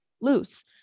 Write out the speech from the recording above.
loose